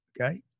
Okay